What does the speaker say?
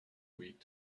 week